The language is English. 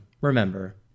Remember